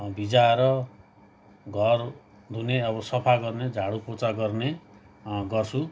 भिजाएर घर धुने अब सफा गर्ने झााडु पोचा गर्ने गर्छु